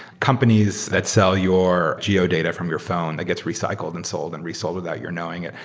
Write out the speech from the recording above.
companies that sell your geo data from your phone that gets recycled and sold and resold without your knowing it.